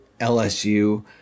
LSU